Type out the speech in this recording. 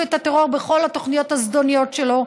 את הטרור בכל התוכניות הזדוניות שלו,